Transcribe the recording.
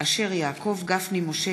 יעקב אשר, משה